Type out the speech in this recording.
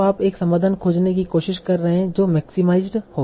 तो आप एक समाधान खोजने की कोशिश कर रहे हैं जो मैक्सीमाईजड हो